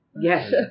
Yes